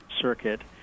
circuit